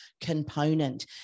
component